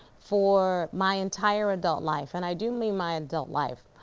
for my entire adult life, and i do mean my adult life.